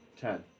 Ten